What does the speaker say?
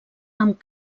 amb